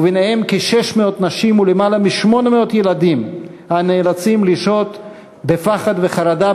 ובהן כ-600 נשים ולמעלה מ-800 ילדים הנאלצים לשהות בפחד וחרדה,